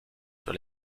sur